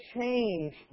change